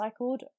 recycled